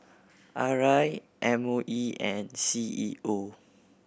R I M O E and C E O